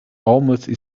almost